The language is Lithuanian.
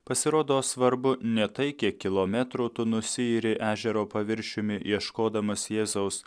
pasirodo svarbu ne tai kiek kilometrų tu nusiiri ežero paviršiumi ieškodamas jėzaus